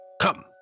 Come